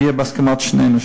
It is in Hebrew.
הוא יהיה בהסכמת שנינו,